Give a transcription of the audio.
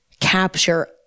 capture